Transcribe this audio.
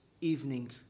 evening